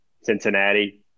Cincinnati